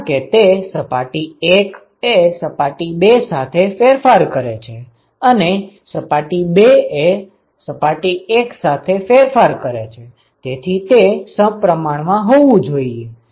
કારણ કે તે સપાટી 1 એ સપાટી 2 સાથે ફેરફાર કરે છે અને સપાટી 2 એ સપાટી 1 સાથે ફેરફાર કરે છે તેથી તે સપ્રમાણ માં હોવું જોઈએ